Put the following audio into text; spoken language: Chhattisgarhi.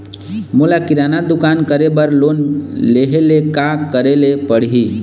मोला किराना दुकान करे बर लोन लेहेले का करेले पड़ही?